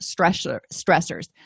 stressors